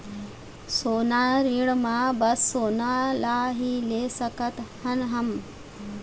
सोना ऋण मा बस सोना ला ही ले सकत हन हम?